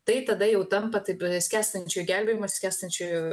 tai tada jau tampa taip skęstančių gelbėjimas skęstančiųjų